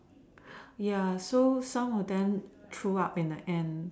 ya so some of them threw up in the end